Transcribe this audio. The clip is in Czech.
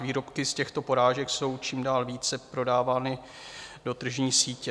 Výrobky z těchto porážek jsou čím dál více prodávány do tržní sítě.